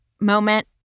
moment